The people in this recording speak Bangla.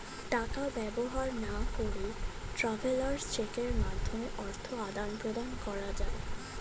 টাকা ব্যবহার না করে ট্রাভেলার্স চেকের মাধ্যমে অর্থ আদান প্রদান করা যায়